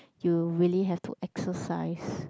you really have to exercise